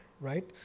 right